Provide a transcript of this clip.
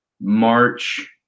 March